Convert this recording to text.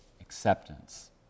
acceptance